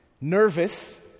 Nervous